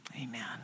Amen